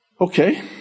Okay